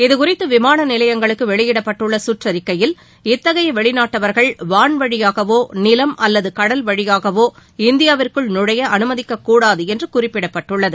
இதுகுறித்து விமான நிலையங்களுக்கு வெளியிடப்பட்டுள்ள சுற்றறிக்கையில் இத்தகைய வெளிநாட்டவர்கள் வான்வழியாகவோ நிலம் அல்லது கடல் வழியாகவோ இந்தியாவிற்குள் நுழைய அனுமதிக்கக்கூடாது என்று குறிப்பிடப்பட்டுள்ளது